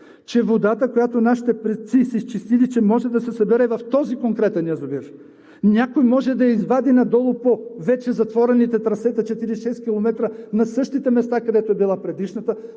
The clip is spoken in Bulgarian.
че водата, която нашите предци са изчислили, може да се събере в този конкретен язовир. Някой може да извади надолу по вече затворените 46 километра трасета на същите места, където е била предишната,